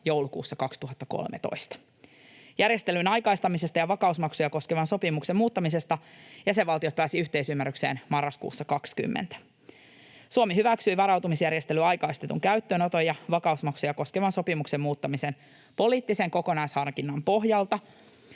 joulukuussa 2013. Järjestelyn aikaistamisesta ja vakausmaksuja koskevan sopimuksen muuttamisesta jäsenvaltiot pääsivät yhteisymmärrykseen marraskuussa 20. Suomi hyväksyi varautumisjärjestelyn aikaistetun käyttöönoton ja vakausmaksuja koskevan sopimuksen muuttamisen poliittisen kokonaisharkinnan pohjalta